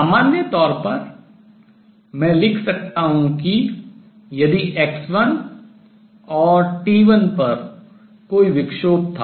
सामान्य तौर पर मैं लिख सकता हूँ कि यदि x1 और t1 पर कोई विक्षोभ था